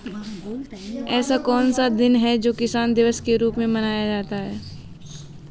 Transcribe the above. ऐसा कौन सा दिन है जो किसान दिवस के रूप में मनाया जाता है?